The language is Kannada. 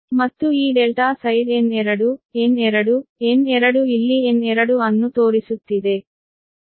ಮತ್ತು ಈ ∆ ಸೈಡ್ N2 N2 N2 ಇಲ್ಲಿ N2 ಅನ್ನು ತೋರಿಸುತ್ತಿದೆ